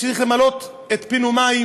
צריך למלא את פינו מים